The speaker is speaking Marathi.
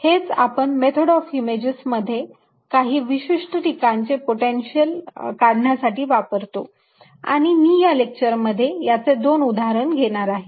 हेच आपण मेथड ऑफ इमेजेस मध्ये काही विशिष्ट ठिकाणचे पोटेन्शियल काढण्यासाठी वापरतो आणि मी या लेक्चर मध्ये याचे दोन उदाहरण घेणार आहे